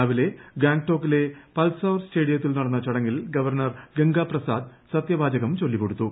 രാവിലെ ഗാങ്ടോക്കിലെ പൾസോർ സ്റ്റേഡിയത്തിൽ നടന്ന ചടങ്ങിൽ ഗവർണ്ണർ ഗംഗാപ്രസാദ് സത്യവാചകം ചൊല്ലിക്കൊടുത്തു